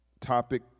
topic